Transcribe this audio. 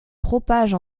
propage